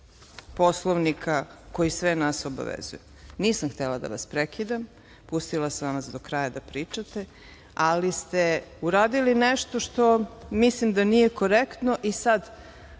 Poslovnika koji sve nas obavezuje. Nisam htela da vas prekidam, pustila sam vas do kraja da pričate, ali ste uradili nešto što mislim da nije korektno i sad